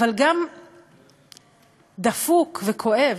אבל גם דפוק וכואב,